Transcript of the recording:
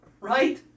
right